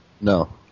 no